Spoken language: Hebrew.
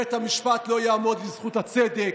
בית המשפט לא יעמוד לזכות הצדק,